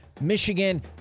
Michigan